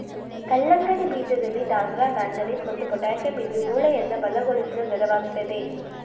ಕಲ್ಲಂಗಡಿ ಬೀಜದಲ್ಲಿ ತಾಮ್ರ ಮ್ಯಾಂಗನೀಸ್ ಮತ್ತು ಪೊಟ್ಯಾಶಿಯಂ ಇದ್ದು ಮೂಳೆಯನ್ನ ಬಲಗೊಳಿಸ್ಲು ನೆರವಾಗ್ತದೆ